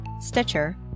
Stitcher